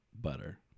butter